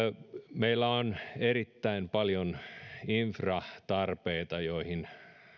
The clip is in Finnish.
meillä on erittäin paljon infratarpeita joihin